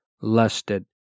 lusted